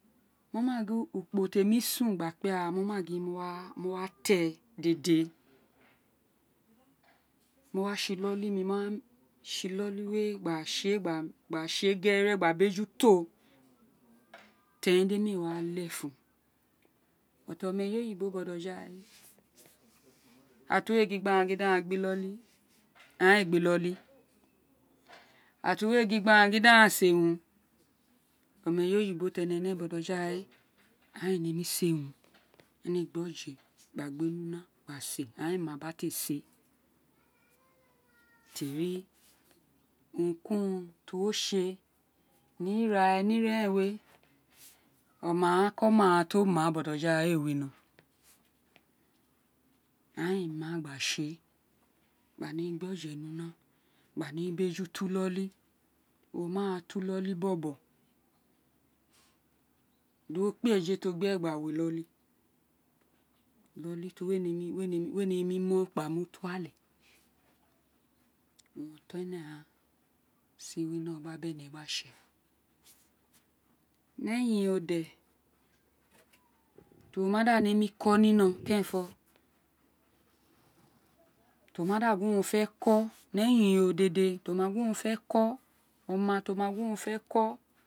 Mo ma gin ukpo temi sun gba kpe ara mo ma gin mo wa ti éè dèdè mo wa tsi iloli mí tsi iloli we gba tse gba gba tsi eê gérè gba gbeju to terí mí éè si ra lèfùn oma eyewe oyibo botoja we ira tí wi ee gin gbi aghan gin dí a gbi iloli aghan eê gbi iloli ira tí we gin gba ighan dí a ra si eê urun ọma eye we oyibo ti énè ne bojawe éè ne mí usi ee urun ée he mí gbí oje gba gbe bi una gba si. éè aghan emí a ba ti eê si eê terí urun ku urun tí uwo tsi eê ni ira reren we ọma ko ma ren aghan to mo botoja we éè winó aghan ama gba tsi éè gbi nemí gbí oje ní una gba nemí byu to iloli wo ma ra tu iloli bóbò do kpe ẹjọ tí o gbi éè gba wi iloli tí we nemi mu okpa mu tuale owun ọtọn énè ghaan si winó bí énè gba gba tsi ee ní eyin ro de tu wo da nemi ko ní eyin ro de tu wo da nemí ko ní kerenfo tí o ma da gin o fé ko ní eyin ro dèdè o ma gin ofe ko ome tì o ma gin o fe uri ulieko